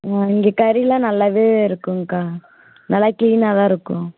ஆ இங்கே கறிலாம் நல்லாவே இருக்குங்கக்கா நல்லா க்ளீனாக தான் இருக்கும்